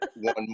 one